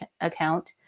account